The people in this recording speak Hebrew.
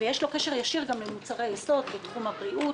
ויש לו קשר ישיר גם למוצרי יסוד בתחום הבריאות,